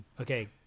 okay